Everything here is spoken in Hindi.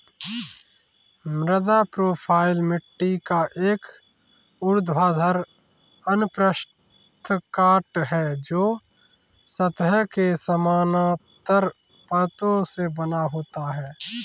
मृदा प्रोफ़ाइल मिट्टी का एक ऊर्ध्वाधर अनुप्रस्थ काट है, जो सतह के समानांतर परतों से बना होता है